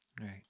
Right